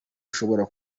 ushobora